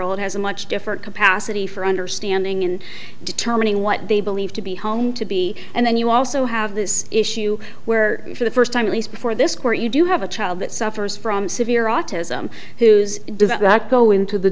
old has a much different capacity for understanding in determining what they believe to be home to be and then you also have this issue where for the first time at least before this court you do have a child that suffers from severe autism who's devout that go into the